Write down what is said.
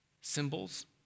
symbols